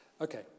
Okay